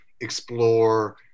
explore